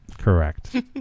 Correct